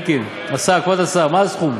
אלקין, השר, כבוד השר, מה הסכום?